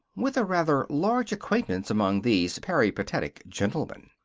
with a rather large acquaintance among these peripatetic gentlemen.